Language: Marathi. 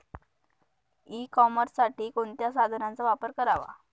ई कॉमर्ससाठी कोणत्या साधनांचा वापर करावा?